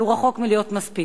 אבל הוא רחוק מלהיות מספיק.